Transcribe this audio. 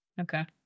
Okay